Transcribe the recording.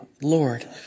Lord